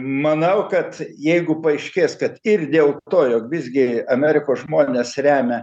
manau kad jeigu paaiškės kad ir dėl to jog visgi amerikos žmonės remia